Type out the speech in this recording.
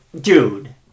dude